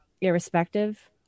irrespective